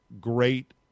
great